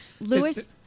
Lewis